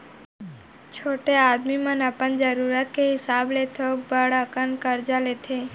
छोटे आदमी मन अपन जरूरत के हिसाब ले थोक बड़ अकन करजा लेथें